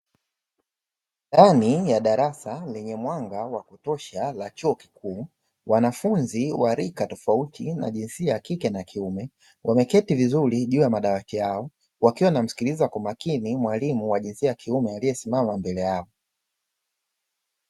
Ndani ya darasa lenye mwanga wa kutosha la chuo kikuu, wanafunzi wa rika tofauti na jinsia ya kike na kiume, wameketi vizuri juu ya madawati yao wakiwa wanamsikiliza kwa makini mwalimu wa jinsia ya kiume aliyesimama mbele yao.